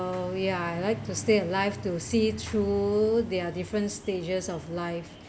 we are like to stay alive to see through their different stages of life